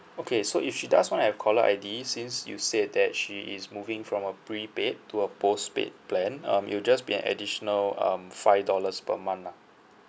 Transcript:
okay so if she does want to have caller I_D since you said that she is moving from a prepaid to a postpaid plan um it'll just be an additional um five dollars per month lah